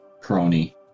Crony